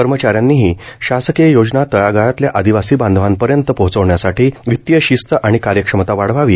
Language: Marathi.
कर्मचाऱ्यांनीही शासकीय योजना तळागाळातल्या आदिवासी बांधवांपर्यंत पोहचवण्यासाठी वित्तीय शिस्त आणि कार्यक्षमता वाढवावी